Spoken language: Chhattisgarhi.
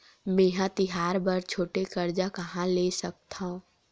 मेंहा तिहार बर छोटे कर्जा कहाँ ले सकथव?